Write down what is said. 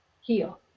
heal